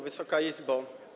Wysoka Izbo!